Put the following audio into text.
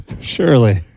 surely